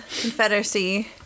confederacy